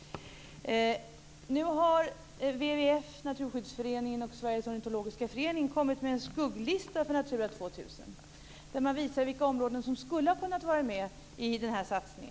Nu har WWF, Naturskyddsföreningen och Sveriges ornitologiska förening kommit med en skugglista för Natura 2000 där man visar vilka områden som skulle ha kunnat vara med i denna satsning.